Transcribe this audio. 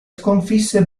sconfisse